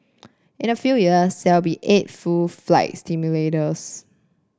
in a few years there will be eight full flight simulators